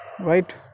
right